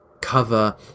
cover